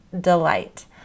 delight